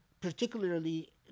particularly